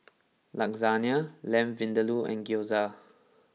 Lasagne Lamb Vindaloo and Gyoza